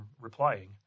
replying